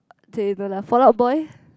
!chey! no lah Fallout-Boy